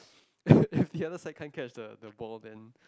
if if the other side can't catch the the ball then